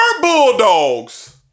Bulldogs